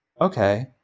okay